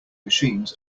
machines